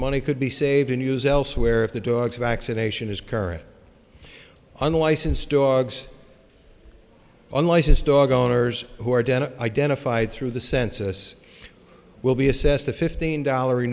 money could be saved and used elsewhere if the dog's vaccination is current unlicensed dogs unlicensed dog owners who are dental identified through the census will be assessed a fifteen dollar